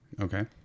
Okay